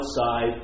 outside